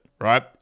right